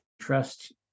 trust